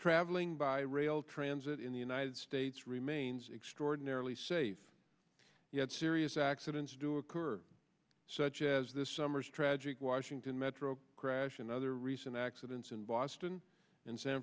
traveling by rail transit in the united states remains extraordinarily safe yet serious accidents do occur such as this summer's tragic washington metro crash and other recent accidents in boston and san